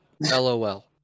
LOL